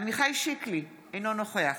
עמיחי שיקלי, אינו נוכח